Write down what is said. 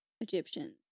Egyptians